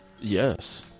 Yes